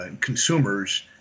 consumers